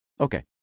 okay